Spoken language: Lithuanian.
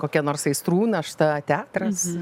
kokia nors aistrų našta teatras